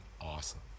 awesome